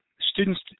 students